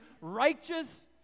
righteous